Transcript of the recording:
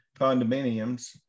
condominiums